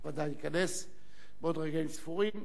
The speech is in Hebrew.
הוא ודאי ייכנס בעוד רגעים ספורים.